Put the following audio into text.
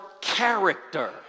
character